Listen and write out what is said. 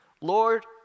Lord